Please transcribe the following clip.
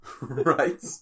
right